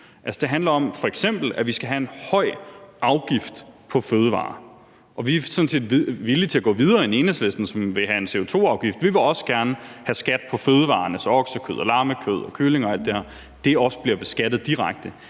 det handler om, at vi f.eks. skal have en høj afgift på fødevarer, og vi er sådan set villige til at gå videre end Enhedslisten, som vil have en CO2-afgift; vi vil også gerne have skat på fødevarerne, så oksekød, lammekød, kylling og alt det her også bliver beskattet direkte.